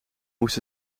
moest